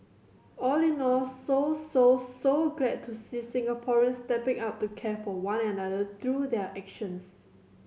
all in all so so so glad to see Singaporeans stepping up to care for one and another through their actions